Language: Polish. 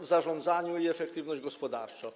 w zarządzaniu i efektywność gospodarczą.